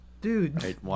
Dude